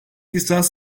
lisans